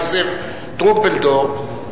יוסף טרומפלדור,